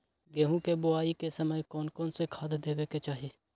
गेंहू के बोआई के समय कौन कौन से खाद देवे के चाही?